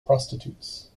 prostitutes